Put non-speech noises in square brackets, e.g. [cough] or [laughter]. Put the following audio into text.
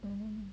[noise]